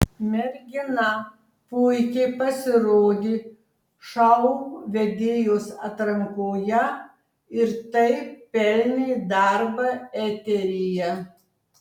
mergina puikiai pasirodė šou vedėjos atrankoje ir taip pelnė darbą eteryje